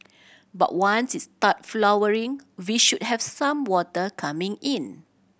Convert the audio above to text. but once it start flowering we should have some water coming in